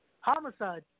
Homicide